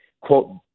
quote